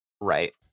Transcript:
right